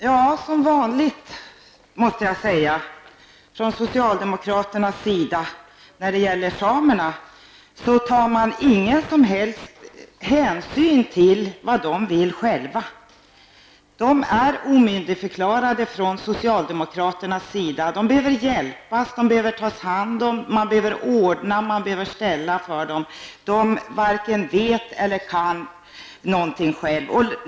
Fru talman! När det gäller samerna har socialdemokraterna som vanligt inte tagit någon som helst hänsyn till vad samerna själva vill. Samerna har omyndigförklarats av socialdemokraterna: de behöver hjälpas, tas om hand, man behöver ordna och ställa för dem, de varken vet eller kan någonting själva.